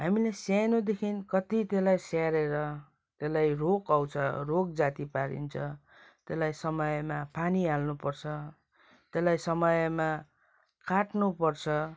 हामीले सानोदेखि कति त्यसलाई स्याहारेर त्यसलाई रोग आउँछ रोग जाती पारिन्छ त्यसलाई समयमा पानी हाल्नुपर्छ त्यसलाई समयमा काट्नुपर्छ